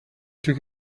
took